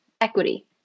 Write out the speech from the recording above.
Equity